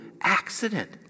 accident